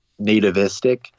nativistic